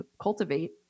cultivate